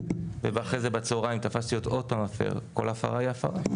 ואחרי זה תפסתי אותו מפר שוב כל הפרה היא הפרה.